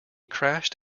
crashed